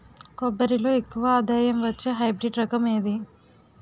కొబ్బరి లో ఎక్కువ ఆదాయం వచ్చే హైబ్రిడ్ రకం ఏది?